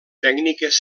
tècniques